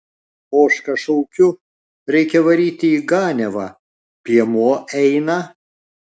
ožką šaukiu reikia varyti į ganiavą piemuo eina